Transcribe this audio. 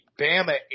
Bama